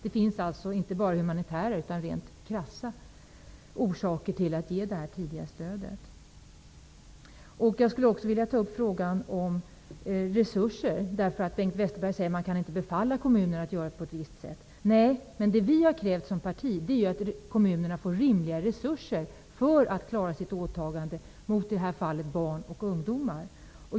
Det finns alltså inte bara humanitära utan också rent krassa orsaker till att ge stöd tidigt. Jag skulle också vilja ta upp frågan om resurser. Bengt Westerberg säger att man inte kan befalla kommunerna att göra på ett visst sätt. Nej, men det som vi som parti har krävt är att kommunerna skall få rimliga resurser för att klara sitt åtagande mot i det här fallet barn och ungdomar.